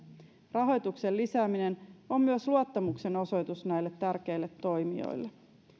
rahoituksen lisääminen on myös luottamuksenosoitus näille tärkeille toimijoille